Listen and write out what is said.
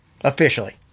officially